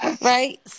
right